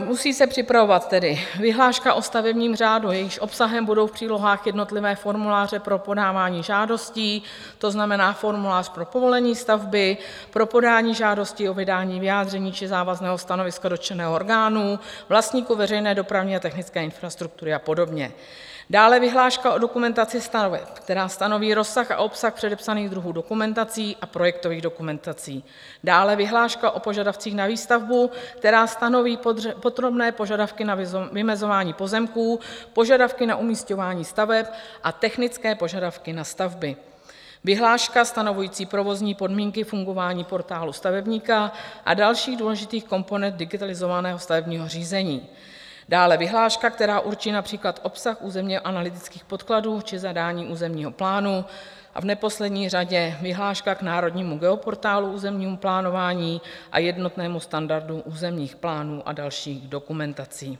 Musí se tedy připravovat vyhláška o stavebním řádu, jejímž obsahem budou v přílohách jednotlivé formuláře pro podávání žádostí, to znamená formulář pro povolení stavby, pro podání žádosti o vydání vyjádření či závazného stanoviska dotčeného orgánu vlastníkovi veřejné dopravní a technické infrastruktury a podobně, dále vyhláška o dokumentaci, která stanoví rozsah a obsah předepsaných druhů dokumentací a projektových dokumentací, dále vyhláška o požadavcích na výstavbu, která stanoví podrobné požadavky na vymezování pozemků, požadavky na umisťování staveb a technické požadavky na stavby, vyhláška stanovující provozní podmínky fungování Portálu stavebníka a dalších důležitých komponent digitalizovaného stavebního řízení, dále vyhláška, která určí například obsah územněanalytických podkladů či zadání územního plánu, v neposlední řadě vyhláška k Národnímu geoportálu územního plánování a jednotnému standardu územních plánů a dalších dokumentací.